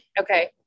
Okay